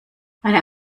eine